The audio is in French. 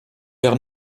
leur